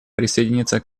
присоединиться